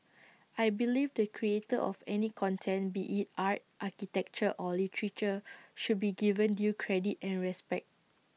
I believe the creator of any content be IT art architecture or literature should be given due credit and respect